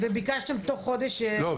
וביקשתם תוך חודש --- לא,